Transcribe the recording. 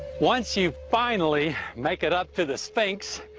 once you finally make it up to the stakes,